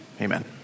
Amen